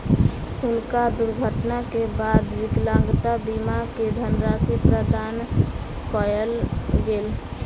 हुनका दुर्घटना के बाद विकलांगता बीमा के धनराशि प्रदान कयल गेल